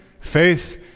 faith